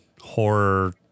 horror